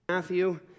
Matthew